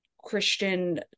Christian